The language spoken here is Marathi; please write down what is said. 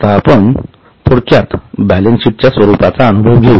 आता आपण थोडक्यात बॅलन्सशीटच्या स्वरूपाचा अनुभव घेवू